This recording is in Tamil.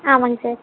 ஆமாம்ங்க சார்